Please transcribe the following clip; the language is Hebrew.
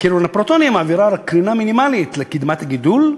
ואילו קרן הפרוטונים מעבירה רק קרינה מינימלית לקדמת הגידול,